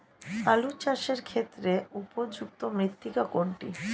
আলু চাষের ক্ষেত্রে উপযুক্ত মৃত্তিকা কোনটি?